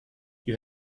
you